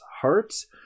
hearts